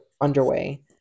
underway